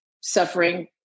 suffering